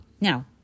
Now